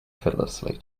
effortlessly